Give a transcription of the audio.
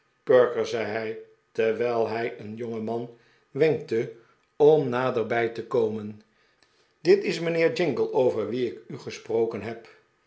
perker zei hij terwijl hij een jongeman wenkte om naderbij te komenj dit is mijnheer jingle over wien ik u gesproken heb